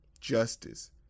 justice